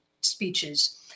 speeches